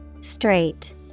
Straight